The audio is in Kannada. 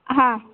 ಹಾಂ